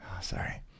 Sorry